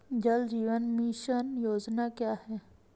जल जीवन मिशन योजना क्या है?